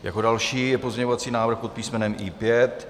Jako další je pozměňovací návrh pod písmenem I5.